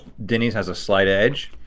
denny's has a slight edge.